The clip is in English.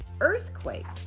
earthquakes